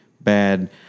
bad